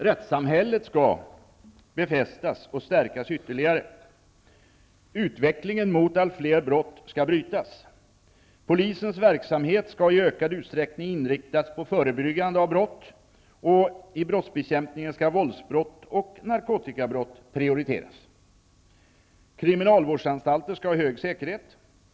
Rättssamhället skall befästas och stärkas ytterligare. Utvecklingen mot allt fler brott skall brytas. Polisens verksamhet skall i ökad utsträckning inriktas på förebyggande av brott, och i brottsbekämpningen skall våldsbrott och narkotikabrott prioriteras. Kriminalvårdsanstalter skall ha hög säkerhet.